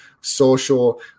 social